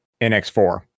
nx4